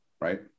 right